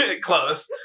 Close